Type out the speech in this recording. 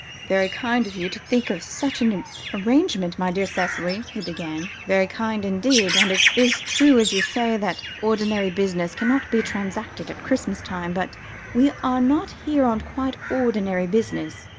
very kind of you to think of such an arrangement, my dear cicely, he began very kind, indeed. and it is true, as you say, that ordinary business cannot be transacted at christmas-time. but we are not here on quite ordinary business.